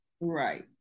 right